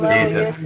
Jesus